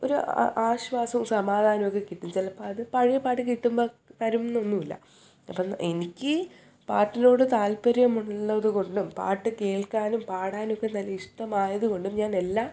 ഒരു ആശ്വാസവും സമാധാനവും ഒക്കെ കിട്ടും ചെലപ്പൊ അത് പഴയ പാട്ട് കിട്ടുമ്പോ വരുന്നൊന്നും ഇല്ല അപ്പം എനിക്കി പാട്ടിനോട് താല്പര്യമുള്ളതുകൊണ്ടും പാട്ട് കേൾക്കാനും പാടാനുമൊക്കെ നല്ല ഇഷ്ടമായതു കൊണ്ടും ഞാൻ എല്ലാം